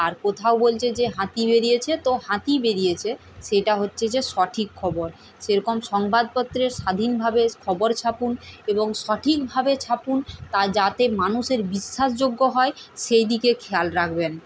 আর কোথাও বলছে যে হাতি বেরিয়েছে তো হাতিই বেরিয়েছে সেটা হচ্ছে যে সঠিক খবর সেরকম সংবাদপত্রে স্বাধীনভাবে খবর ছাপুন এবং সঠিকভাবে ছাপুন তা যাতে মানুষের বিশ্বাসযোগ্য হয় সেইদিকে খেয়াল রাখবেন